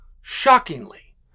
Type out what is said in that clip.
Shockingly